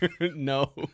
No